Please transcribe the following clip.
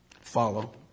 Follow